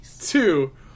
two